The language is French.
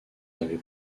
avait